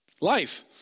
Life